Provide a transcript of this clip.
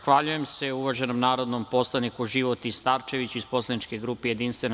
Zahvaljujem se uvaženom narodnom poslaniku Životi Starčeviću iz poslaničke grupe JS.